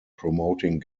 promoting